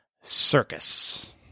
Circus